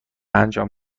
انجام